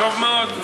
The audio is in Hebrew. טוב מאוד.